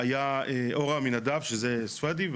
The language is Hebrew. היה אור עמינדב שזה ספדי,